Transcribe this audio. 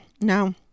Now